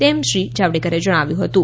તેમ શ્રી જાવડેકરે જણાવ્યું હતું